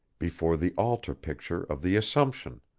before the altar-picture of the assumption,